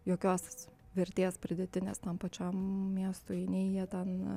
jokios vertės pridėtines tam pačiam miestui nei jie ten